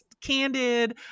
candid